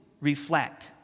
reflect